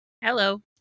hello